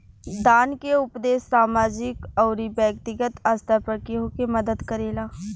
दान के उपदेस सामाजिक अउरी बैक्तिगत स्तर पर केहु के मदद करेला